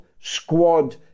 squad